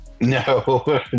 No